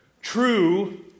True